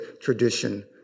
tradition